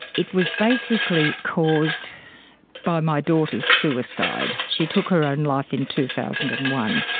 it was basically caused by my daughter's suicide. she took her own life in two thousand and one.